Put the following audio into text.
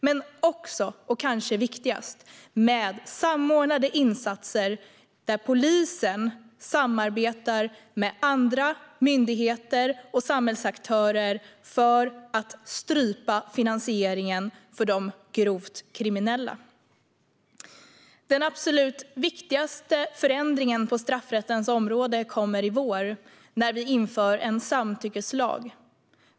Men vi gör det också - och det är kanske viktigast - med samordnade insatser, där polisen samarbetar med andra myndigheter och samhällsaktörer för att strypa finansieringen för de grovt kriminella. Den absolut viktigaste förändringen på straffrättens område kommer i vår, när vi inför en samtyckeslag.